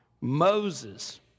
Moses